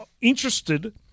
interested